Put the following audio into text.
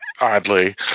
oddly